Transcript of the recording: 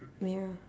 merah